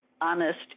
honest